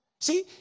See